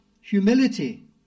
humility